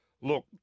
Look